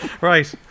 right